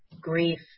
grief